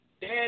Dad